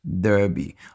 Derby